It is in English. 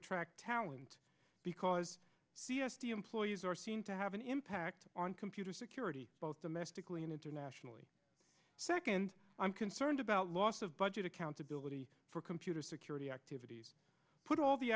attract talent because c s t employees are seen to have an impact on computer security both domestically and internationally second i'm concerned about loss of budget accountability for computer security activities put all the